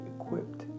equipped